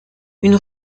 une